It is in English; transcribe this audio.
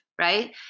right